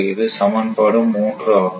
இது சமன்பாடு 3 ஆகும்